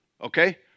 okay